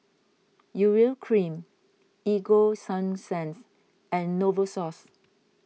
Urea Cream Ego Sunsense and Novosource